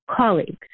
colleagues